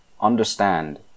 understand